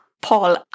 Paul